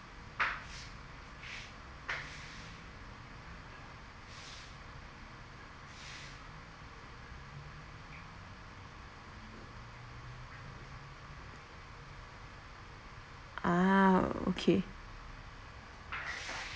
ah okay